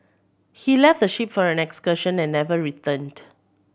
he left the ship for an excursion and never returned